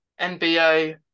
NBA